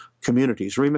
communities